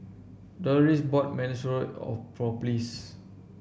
Doloris bought Monsunabe of for Pleas